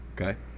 Okay